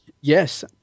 Yes